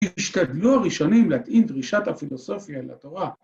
‫שישתדלו הראשונים לטעים ‫דרישת הפילוסופיה לתורה.